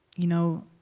you know,